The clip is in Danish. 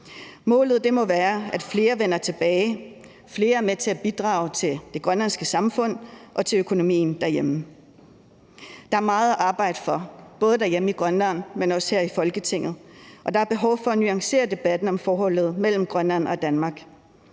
Målet må være, at flere vender tilbage, og at flere er med til at bidrage til det grønlandske samfund og til økonomien derhjemme. Der er meget at arbejde for, både derhjemme i Grønland, men også her i Folketinget, og der er behov for at nuancere debatten om forholdet mellem Grønland og Danmark.